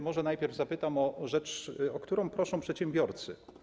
Może najpierw zapytam o rzecz, o którą proszą przedsiębiorcy.